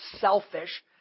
selfish